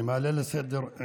אני מעלה לסדר-היום,